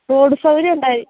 road സൗകര്യം ഉണ്ടായി